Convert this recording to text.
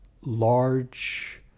large